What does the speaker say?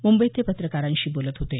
मुंबईत ते पत्रकारांशी बोलत होते